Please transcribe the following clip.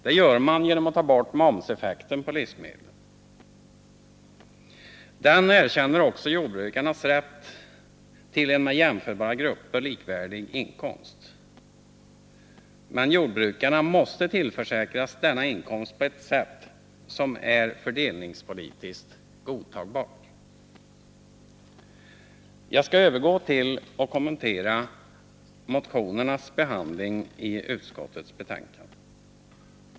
Det gör man genom att ta bort momseffekten på livsmedlen. Vpk:s livsmedelspolitiska linje erkänner också jordbrukarnas rätt till en med jämförbara grupper likvärdig inkomst. Men jordbrukarna måste tillförsäkras denna inkomst på ett sätt som är fördelningspolitiskt godtagbart. Jag skall övergå till att kommentera motionernas behandling i utskottets betänkande.